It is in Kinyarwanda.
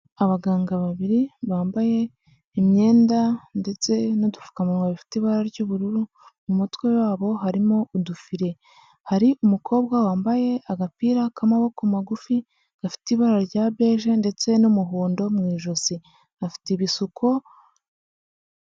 Abaganga babiri bambaye imyenda ndetse n'udupfukamunwa bifite ibara ry'ubururu mu mutwe wabo harimo udufiri hari umukobwa wambaye agapira k'amaboko magufi gafite ibara rya beje ndetse n'umuhondo mu ijosi afite ibisuko.